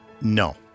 No